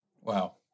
Wow